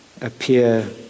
appear